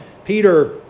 Peter